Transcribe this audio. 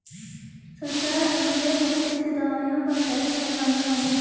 सरकार अगले हफ्ते से दवाइयों पर टैक्स बढ़ाने वाली है